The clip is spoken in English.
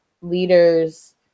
leader's